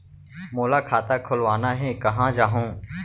मोला खाता खोलवाना हे, कहाँ जाहूँ?